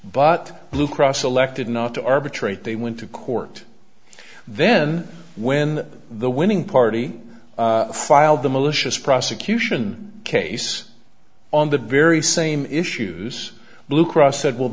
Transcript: but blue cross elected not to arbitrate they went to court then when the winning party filed the malicious prosecution case on the very same issues blue cross said will